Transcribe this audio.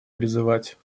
призывать